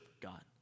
God